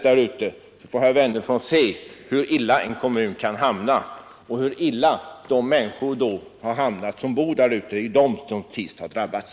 Han får då se hur illa en kommun kan hamna och hur illa de människor som bor där ute har hamnat — det är i sista hand de som har drabbats.